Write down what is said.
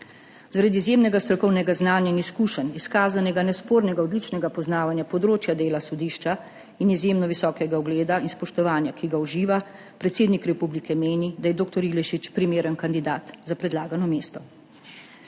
Zaradi izjemnega strokovnega znanja in izkušenj, izkazanega nespornega odličnega poznavanja področja dela sodišča in izjemno visokega ugleda in spoštovanja, ki ga uživa, predsednik republike meni, da je dr. Ilešič primeren kandidat za predlagano mesto.